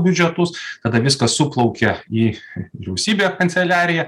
biudžetus kada viskas suplaukia į vyriausybė kanceliarija